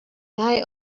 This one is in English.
die